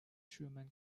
truman